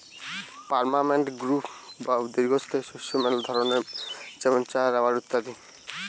permanent crop বা দীর্ঘস্থায়ী শস্য মেলা ধরণের যেমন চা, রাবার ইত্যাদি